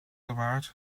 award